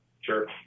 Sure